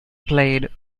played